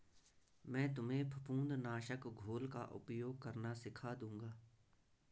मैं तुम्हें फफूंद नाशक घोल का उपयोग करना सिखा दूंगा